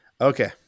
Okay